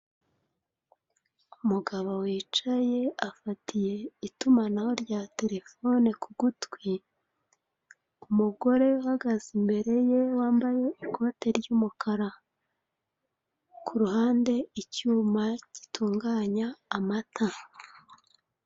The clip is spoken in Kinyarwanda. Umugabo wicaye afatiye itumanaho rya terefone ku gutwi, umugore uhagaze imbere ye, wambaye ikote ry'umukara, ku ruhande icyuma gitunganya amata.